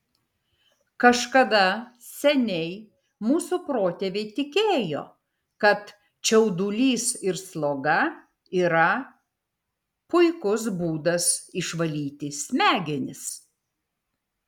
kažkada seniai mūsų protėviai tikėjo kad čiaudulys ir sloga yra puikus būdas išvalyti smegenis